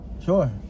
Sure